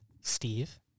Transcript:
Steve